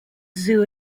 zoo